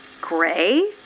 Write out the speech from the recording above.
Gray